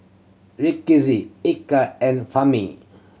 Rizqi Eka and Fahmi